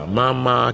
mama